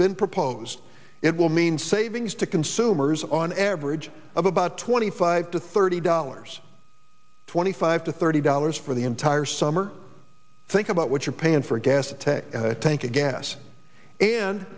been proposed it will mean savings to consumers on average of about twenty five to thirty dollars twenty five to thirty dollars for the entire summer think about what you're paying for gas tank a tank of gas and